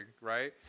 right